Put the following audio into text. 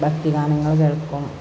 ഭക്തിഗാനങ്ങൾ കേൾക്കും